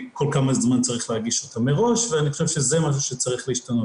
יש להם את המענה הרפואי.